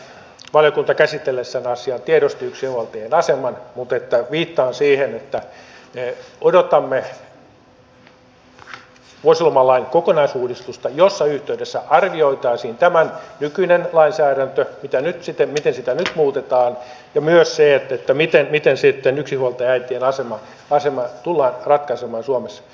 valiokunta käsitellessään asiaa tiedosti yksinhuoltajien aseman mutta viittaan siihen että odotamme vuosilomalain kokonaisuudistusta jossa yhteydessä arvioitaisiin tämä nykyinen lainsäädäntö se miten sitä nyt muutetaan ja myös se miten sitten yksinhuoltajaäitien asema tullaan ratkaisemaan suomessa